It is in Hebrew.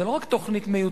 זה לא רק תוכנית מיותרת,